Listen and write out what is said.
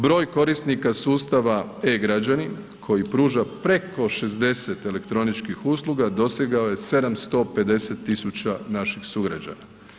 Broj korisnika sustava e-građanin koji pruža preko 60 elektroničkih usluga, dosegao je 750 000 naših sugrađana.